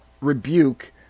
rebuke